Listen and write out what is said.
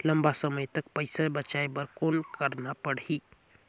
लंबा समय तक पइसा बचाये बर कौन करना पड़ही?